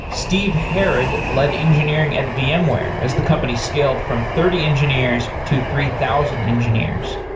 steve herrod led engineering at vmware as the company scaled from thirty engineers to three thousand engineers.